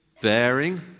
bearing